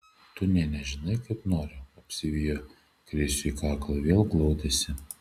tu nė nežinai kaip noriu apsivijo krisiui kaklą vėl glaudėsi